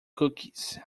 cookies